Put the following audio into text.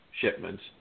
shipments